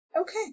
Okay